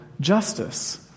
justice